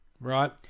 right